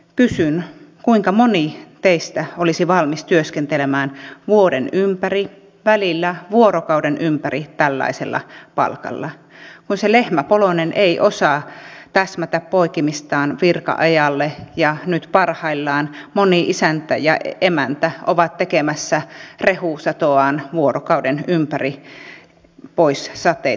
kysyn kuinka moni teistä olisi valmis työskentelemään vuoden ympäri välillä vuorokauden ympäri tällaisella palkalla kun se lehmäpoloinen ei osaa täsmätä poikimistaan virka ajalle ja nyt parhaillaan moni isäntä ja emäntä ovat tekemässä rehusatoaan vuorokauden ympäri pois sateitten alta